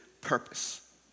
purpose